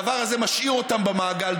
הדבר הזה משאיר אותם במעגל,